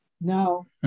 No